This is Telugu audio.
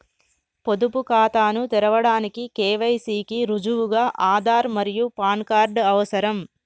పొదుపు ఖాతాను తెరవడానికి కే.వై.సి కి రుజువుగా ఆధార్ మరియు పాన్ కార్డ్ అవసరం